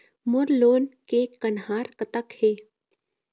मोर loan के कन्हार कतक हे?